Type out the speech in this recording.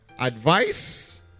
advice